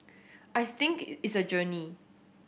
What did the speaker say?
I think it it's a journey